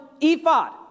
ephod